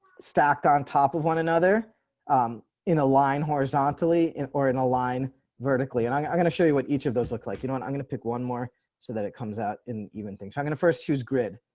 stacked on top of one another um in a line horizontally or in a line vertically and i mean i'm going to show you what each of those look like, you know, and i'm going to pick one more so that it comes out in even things. so i'm gonna first she was grid.